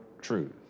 truth